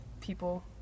people